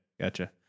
gotcha